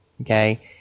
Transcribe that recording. okay